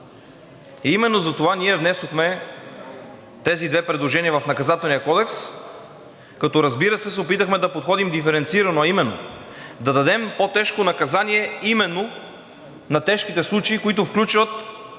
Именно затова ние внесохме тези две предложения в Наказателния кодекс, като, разбира се, се опитахме да подходим диференцирано, а именно: да дадем по-тежко наказание на тежките случаи, които включват